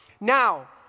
Now